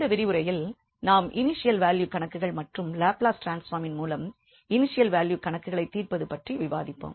இந்த விரிவுரையில் நாம் இனிஷியல் வேல்யூ கணக்குகள் மற்றும் லாப்லஸ் டிரான்ஸ்பாமின் மூலம் இனிஷியல் வேல்யூ கணக்குகளைத் தீர்ப்பது பற்றி விவாதிப்போம்